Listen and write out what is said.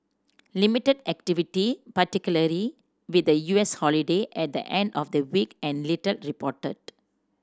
limited activity particularly with the U S holiday at the end of the week and little reported